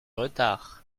retard